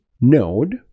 node